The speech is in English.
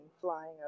flying